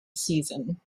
season